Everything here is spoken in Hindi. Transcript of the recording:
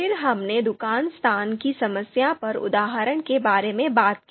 फिर हमने दुकान स्थान की समस्या पर उदाहरण के बारे में बात की